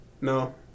No